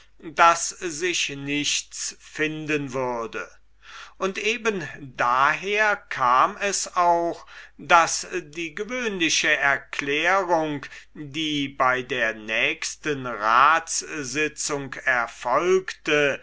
daß sich nichts finden würde und eben daher kam es auch daß die gewöhnliche erklärung die bei der nächsten ratssitzung erfolgte